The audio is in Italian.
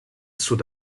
sud